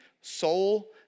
soul